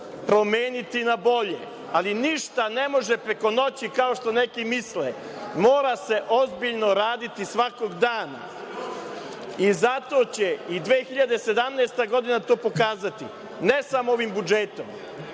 promeniti na bolje. Ali, ništa ne može preko noći kao što neki misle. Mora se ozbiljno raditi svakog dana. Zato će i 2017. godina to pokazati, ne samo ovim budžetom,